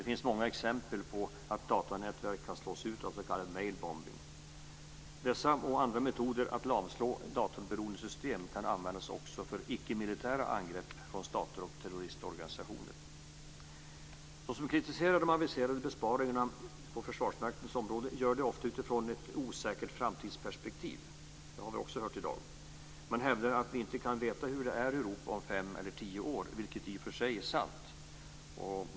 Det finns många exempel på att datornätverk kan slås ut av s.k. mejlbombning. Dessa och andra metoder att lamslå datorberoende system kan användas också för icke-militära angrepp från stater och terroristorganisationer. Försvarsmaktens område gör det ofta utifrån ett osäkert framtidsperspektiv. Det har vi också hört i dag. Man hävdar att vi inte kan veta hur det är i Europa och fem eller tio år, vilket i och för sig är sant.